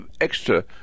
extra